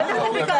ביקשנו.